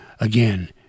again